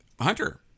Hunter